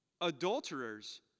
adulterers